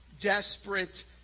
desperate